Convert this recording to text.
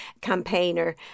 campaigner